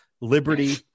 Liberty